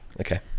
okay